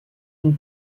une